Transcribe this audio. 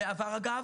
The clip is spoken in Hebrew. אגב,